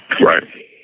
Right